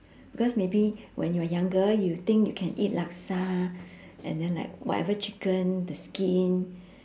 because maybe when you're younger you think you can eat laksa and then like whatever chicken the skin